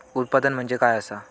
उत्पादन म्हणजे काय असा?